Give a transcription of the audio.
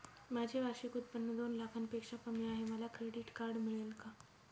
माझे वार्षिक उत्त्पन्न दोन लाखांपेक्षा कमी आहे, मला क्रेडिट कार्ड मिळेल का?